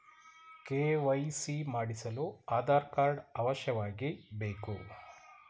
KYC ಮಾಡಿಸಲು Aadhaar card ಅವಶ್ಯವಾಗಿ ಬೇಕು